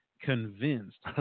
convinced